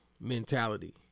mentality